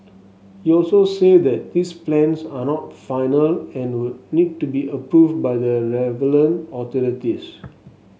he also said that these plans are not final and would need to be approved by the relevant authorities